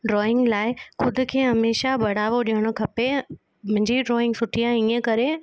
drawing लाइ ख़ुदि खे हमेशह बढावो ॾियणो खपे मुंहिंजी ड्रॉइंग सुठी आहे ईअं करे